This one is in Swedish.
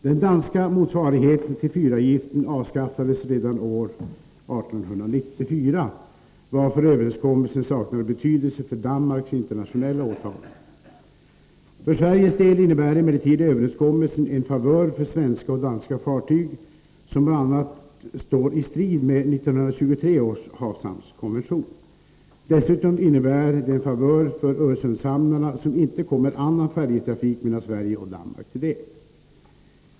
Den danska motsvarigheten till fyravgiften avskaffades redan år 1894, varför överenskommelsen saknar betydelse för Danmarks internationella åtaganden. För Sveriges del innebär emellertid överenskommelsen en favör för svenska och danska fartyg som bl.a. står i strid med 1923 års havshamnskonvention. Dessutom innebär den en favör för Öresundshamnarna som inte kommer annan färjetrafik mellan Sverige och Danmark till del.